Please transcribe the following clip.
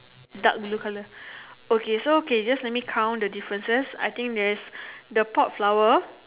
dark blue colour okay so okay just let me count the differences I think there is the pot flower